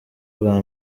bwa